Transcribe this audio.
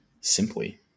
simply